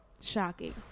shocking